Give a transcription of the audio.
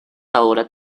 ahora